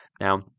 Now